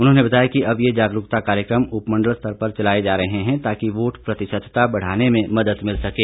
उन्होंने बताया कि अब ये जागरूकता कार्यक्रम उपमंडल स्तर पर चलाए जा रहे हैं ताकि वोट प्रतिशतता बढ़ाने में मदद मिल सकें